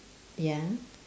ya